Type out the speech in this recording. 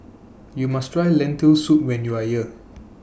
YOU must Try Lentil Soup when YOU Are here